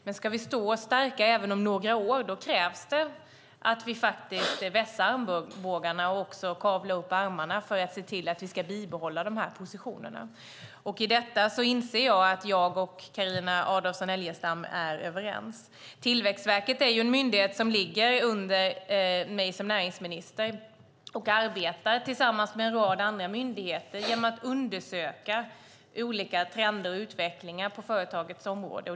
Men ska vi stå oss starka även om några år krävs det att vi vässar armbågarna och kavlar upp ärmarna för att se till att vi bibehåller positionen. Om detta inser jag att jag och Carina Adolfsson Elgestam är överens. Tillväxtverket är ju en myndighet som ligger under mig som näringsminister och som arbetar tillsammans med en rad andra myndigheter med att undersöka olika trender och utvecklingar på företagsområdet.